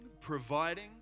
providing